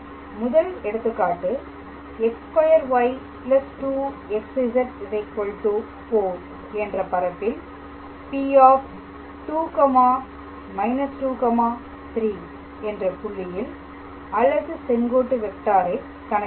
முதல் எடுத்துக்காட்டு x2y 2xz 4 என்ற பரப்பில் P2−23 என்ற புள்ளியில் அலகு செங்கோட்டு வெக்டாரை கணக்கிடுக